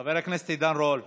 חבר הכנסת עידן רול.